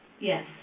Yes